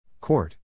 Court